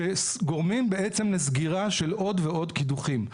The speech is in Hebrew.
שגורמים בעצם לסגירה של עוד ועוד קידוחים.